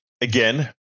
again